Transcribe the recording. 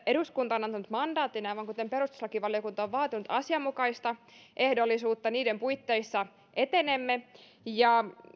eduskunta on antanut mandaatin ja aivan kuten perustuslakivaliokunta on vaatinut asianmukaista ehdollisuutta niin niiden puitteissa etenemme